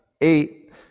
eight